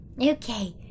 Okay